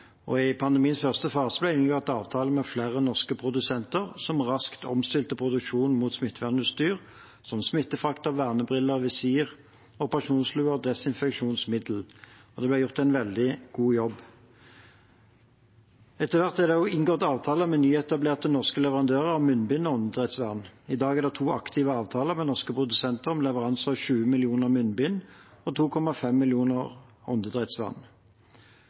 I pandemiens første fase ble det inngått avtaler med flere norske produsenter som raskt omstilte produksjonen mot smittevernutstyr, som smittefrakker, vernebriller, visir, operasjonsluer og desinfeksjonsmiddel. Det ble gjort en veldig god jobb. Etter hvert er det inngått avtaler med nyetablerte norske leverandører av munnbind og åndedrettsvern. I dag er det to aktive avtaler med norske produsenter om leveranse av 20 millioner munnbind og 2,5 millioner